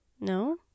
No